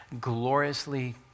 gloriously